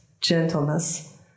gentleness